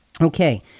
Okay